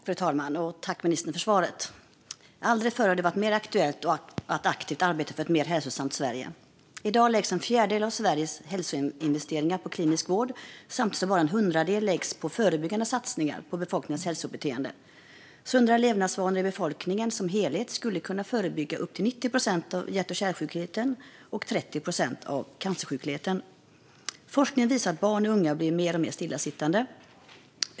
Fru talman! Jag tackar ministern för svaret. Aldrig förr har det varit mer aktuellt att aktivt arbeta för ett mer hälsosamt Sverige. I dag läggs en fjärdedel av Sveriges hälsoinvesteringar på klinisk vård samtidigt som bara en hundradel läggs på förebyggande satsningar på befolkningens hälsobeteende. Sunda levnadsvanor i befolkningen som helhet skulle kunna förebygga upp till 90 procent av hjärt-kärlsjukligheten och 30 procent av cancersjukligheten. Forskningen visar att barn och unga blir mer och mer stillasittande.